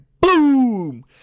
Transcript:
boom